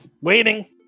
waiting